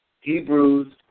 Hebrews